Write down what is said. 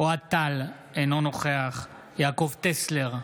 אוהד טל, אינו נוכח יעקב טסלר,